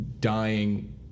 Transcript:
dying